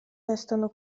restano